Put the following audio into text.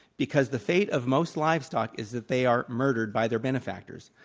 because the fate of most livestock is that they are murdered by their benefactors.